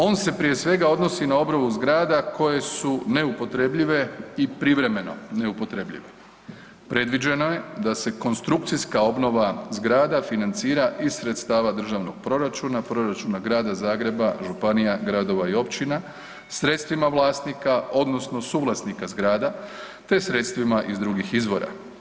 On se prije svega odnosi na obnovu zgrada koje su neupotrebljive i privremeno neupotrebljive, previđeno je da se konstrukcijska obnova zgrada financira iz sredstva državnog proračuna, proračuna Grada Zagreba, županija, gradova i općina, sredstvima vlasnika odnosno suvlasnika zgrada te sredstvima iz drugih izvora.